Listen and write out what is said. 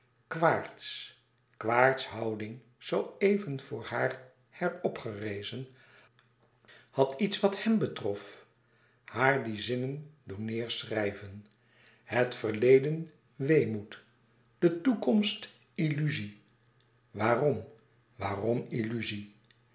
quaerts quaerts houding zoo even voor haar her opgerezen had iets wat hèm betrof haar die zinnen doen neêrschrijven het verlelouis couperus extaze een boek van geluk den weemoed de toekomst illuzie waarom waarom illuzie